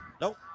Nope